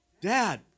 Dad